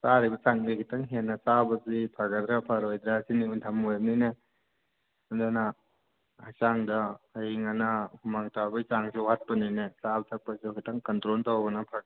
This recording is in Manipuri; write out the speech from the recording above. ꯆꯥꯔꯤꯕ ꯆꯥꯡꯁꯤꯗꯒꯤ ꯈꯤꯇꯪ ꯍꯦꯟꯅ ꯆꯥꯕꯁꯤ ꯐꯒꯗ꯭ꯔꯥ ꯐꯔꯣꯏꯗ꯭ꯔꯥ ꯁꯤꯅꯤ ꯎꯟꯊꯝ ꯑꯣꯏꯔꯕꯅꯤꯅ ꯑꯗꯨꯅ ꯍꯛꯆꯥꯡꯗ ꯑꯏꯪ ꯑꯅꯥ ꯍꯨꯃꯥꯡ ꯇꯥꯕꯩ ꯆꯥꯡꯁꯨ ꯋꯥꯠꯄꯅꯤꯅ ꯆꯥꯕ ꯊꯛꯄꯁꯤꯁꯨ ꯈꯤꯇꯪ ꯀꯟꯇ꯭ꯔꯣꯜ ꯇꯧꯕꯅ ꯐꯔꯤꯕ꯭ꯔꯥ